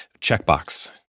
checkbox